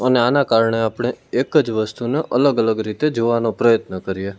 અને આના કારણે આપણે એક જ વસ્તુને અલગ અલગ રીતે જોવાનો પ્રયત્ન કરીએ